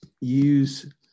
use